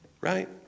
right